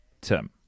Tim